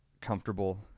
comfortable